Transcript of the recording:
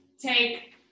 take